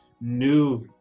new